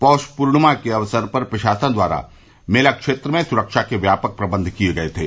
पौष पूर्णिमा के अवसर पर प्रशासन द्वारा मेला क्षेत्र में सुरक्षा के व्यापक प्रबंध किये गये थे